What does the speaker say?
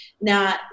Now